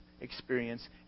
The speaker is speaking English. experience